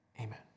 Amen